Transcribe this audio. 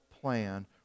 plan